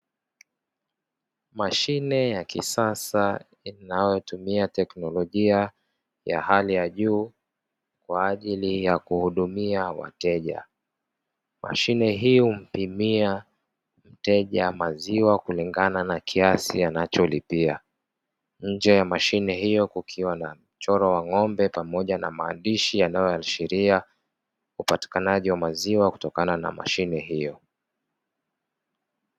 Mashine ya kisasa inayotumia teknolojia ya hali ya juu, kwa ajili ya kuhudumia wateja. Mashine hii humpimia mteja maziwa kulingana na kiasi anacholipia. Nje ya mashine hiyo kukiwa na mchoro wa ng'ombe pamoja na maandishi yanayoashiria upatikanaji wa maziwa kutokana na mashine hiyo.